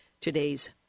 Today's